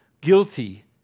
guilty